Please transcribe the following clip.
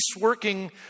working